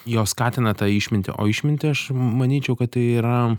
jos skatina tą išmintį o išmintį aš manyčiau kad tai yra